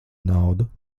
naudu